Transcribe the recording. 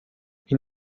این